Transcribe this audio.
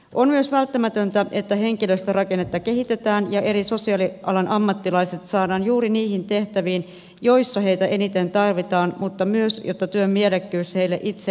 on myös välttämätöntä että henkilöstörakennetta kehitetään ja eri sosiaalialan ammattilaiset saadaan juuri niihin tehtäviin joissa heitä eniten tarvitaan mutta myös jotta työn mielekkyys heille itselleen lisääntyy